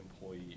employee